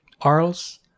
Arles